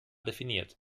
definiert